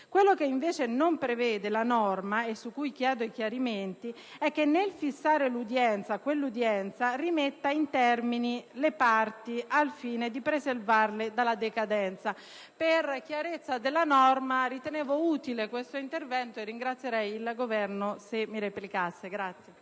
Quello che invece la norma non prevede, e su cui chiedo chiarimenti, è che nel fissare l'udienza si rimettano i termini alle parti al fine di preservarle dalla decadenza. Per chiarezza della norma ritenevo utile questo intervento e ringrazierei il Governo se replicasse.